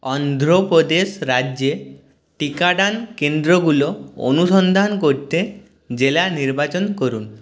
অন্ধ্রপ্রদেশ রাজ্যে টিকাদান কেন্দ্রগুলো অনুসন্ধান করতে জেলা নির্বাচন করুন